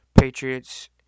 Patriots